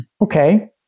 okay